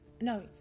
no